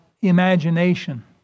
imagination